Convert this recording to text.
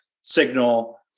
signal